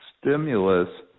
stimulus